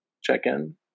check-in